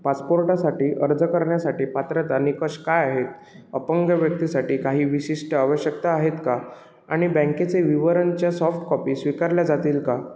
पासपोर्टासाठी अर्ज करण्यासाठी पात्रता निकष काय आहेत अपंग व्यक्तीसाठी काही विशिष्ट आवश्यकता आहेत का आणि बँकेचे विवरणच्या सॉफ्टकॉपी स्वीकारल्या जातील का